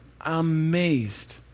amazed